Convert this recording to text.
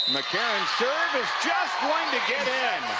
mccarron, serve just one to get in